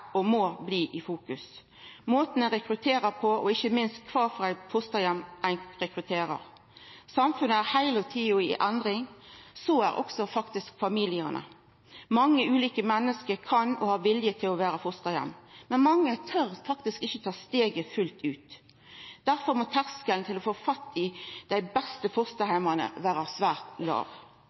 og må bli i fokus – måten ein rekrutterer på og ikkje minst kva for ein fosterheim ein rekrutterer. Samfunnet er heile tida i endring, det er faktisk også familiane. Mange ulike menneske både kan og har vilje til å vera fosterheim, men mange tør ikkje ta steget fullt ut. Difor må terskelen for å få fatt i dei beste fosterheimane vera svært